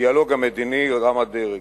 והדיאלוג המדיני רם הדרג.